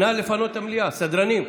נא לפנות את המליאה, סדרנים.